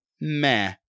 meh